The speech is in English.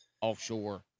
offshore